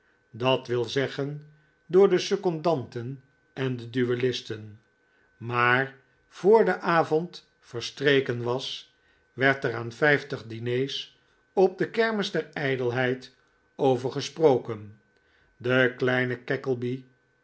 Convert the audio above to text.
dat wil zeggen door de secondanten en de duellisten maar voor de avond verstreken was werd er aan vijftig diners op de kermis der ijdelheid over gesproken de kleine